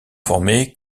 formé